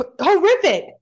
Horrific